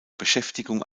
beschäftigung